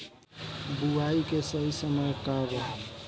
बुआई के सही समय का वा?